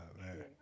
man